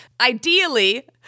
Ideally